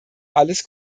alles